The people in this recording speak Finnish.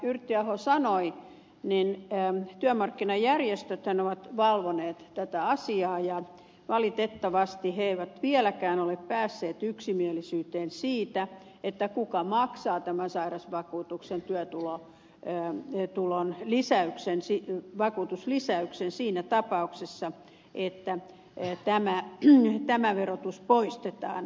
yrttiaho sanoi työmarkkinajärjestöthän ovat valvoneet tätä asiaa ja valitettavasti ne eivät vieläkään ole päässeet yksimielisyyteen siitä kuka maksaa tämän sairausvakuutuksen työtulon vakuutuslisäyksen siinä tapauksessa että tämä verotus poistetaan